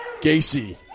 Gacy